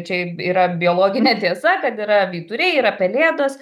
čia yra biologinė tiesa kad yra vyturiai yra pelėdos